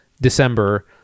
December